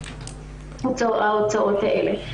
הפנימייה, ההוצאות האלה.